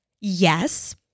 Yes